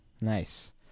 Nice